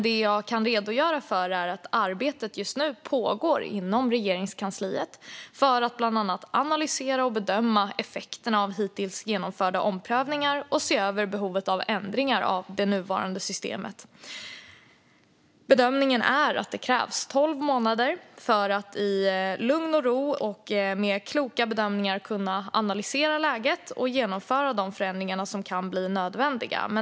Det jag kan redogöra för är att arbetet just nu pågår inom Regeringskansliet för att bland annat analysera och bedömda effekterna av hittills genomförda omprövningar och se över behovet av ändringar av det nuvarande systemet. Bedömningen är att det krävs tolv månader för att i lugn och ro med kloka bedömningar kunna analysera läget och genomföra de förändringar som kan bli nödvändiga.